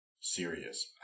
serious